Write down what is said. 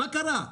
מה קרה?